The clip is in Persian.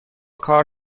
کار